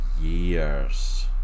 years